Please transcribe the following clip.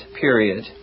period